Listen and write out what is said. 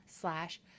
slash